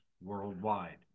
worldwide